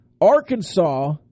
Arkansas